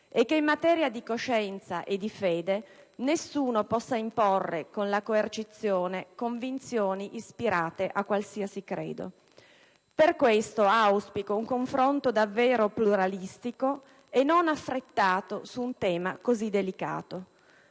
e che in materia di coscienza e di fede nessuno possa imporre con la coercizione convinzioni ispirate a qualsiasi credo. Per questo auspico un confronto davvero pluralistico e non affrettato su un tema così delicato.